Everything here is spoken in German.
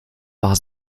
war